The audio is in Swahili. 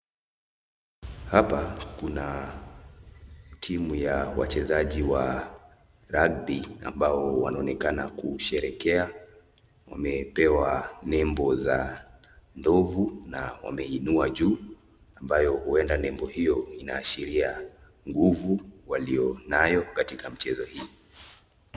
Hapa kuna timu ya wachezaji wa rugby ambao wanaonekana kusherekea, wamepewa nembo za ndovu na wameinua juu, ambayo huenda nembo hiyo inaashiria nguvu walio nayo katika mchezo hii.